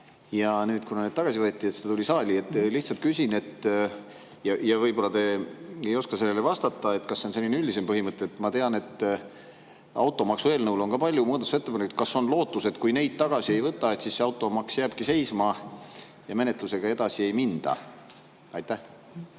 ja nüüd, kuna need tagasi võeti, tuli see saali. Lihtsalt küsin, kuigi võib-olla te ei oska sellele vastata: kas see on selline üldisem põhimõte? Ma tean, et automaksu eelnõul on ka palju muudatusettepanekuid. Kas on lootus, et kui neid tagasi ei võta, siis see automaks jääbki seisma ja menetlusega edasi ei minda? Aitäh!